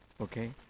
okay